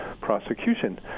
prosecution